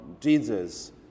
Jesus